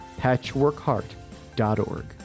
patchworkheart.org